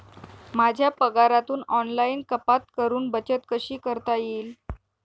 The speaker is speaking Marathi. माझ्या पगारातून ऑनलाइन कपात करुन बचत कशी करता येईल?